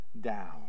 down